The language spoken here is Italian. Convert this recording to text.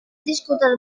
discutere